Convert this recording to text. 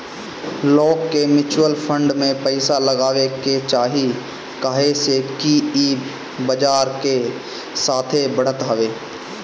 लोग के mutual fund में पइसा लगावे के चाही काहे से कि ई बजार कअ साथे बढ़त हवे